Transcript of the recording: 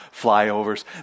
flyovers